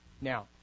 Now